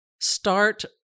start